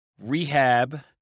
rehab